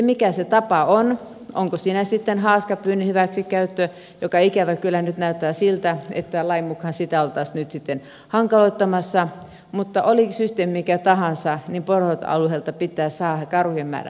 mikä se tapa on onko se sitten haaskapyynnin hyväksikäyttö joka ikävä kyllä nyt näyttää siltä että lain mukaan sitä oltaisiin nyt hankaloittamassa tai oli systeemi mikä tahansa niin poroalueelta pitää saada karhujen määrä vähenemään